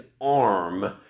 arm